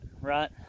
right